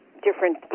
different